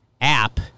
app